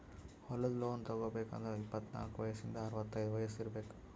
ಹೊಲದ್ ಲೋನ್ ತಗೋಬೇಕ್ ಅಂದ್ರ ಇಪ್ಪತ್ನಾಲ್ಕ್ ವಯಸ್ಸಿಂದ್ ಅರವತೈದ್ ವಯಸ್ಸ್ ಇರ್ಬೆಕ್